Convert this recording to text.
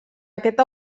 aquest